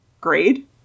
grade